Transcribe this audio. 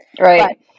Right